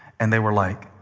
and they were like,